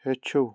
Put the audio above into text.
ہیٚچھِو